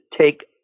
take